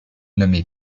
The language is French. nommé